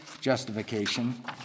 justification